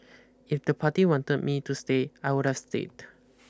if the party wanted me to stay I would have stayed